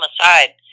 aside